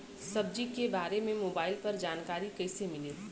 सब्जी के बारे मे मोबाइल पर जानकारी कईसे मिली?